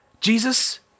Jesus